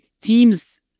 teams